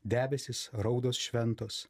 debesys raudos šventos